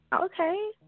okay